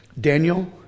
Daniel